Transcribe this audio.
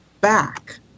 back